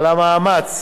על המאמץ,